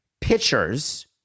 Pitchers